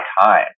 time